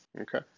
Okay